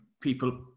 people